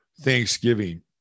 Thanksgiving